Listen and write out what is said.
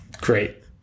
Great